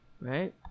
right